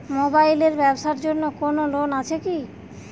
Mobile এর ব্যাবসার জন্য কোন লোন আছে কি?